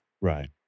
Right